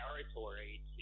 territory